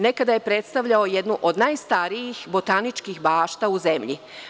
Nekada je predstavljao jednu od najstarijih botaničkih bašta u zemlji.